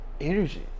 energy